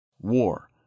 war